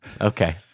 Okay